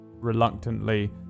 reluctantly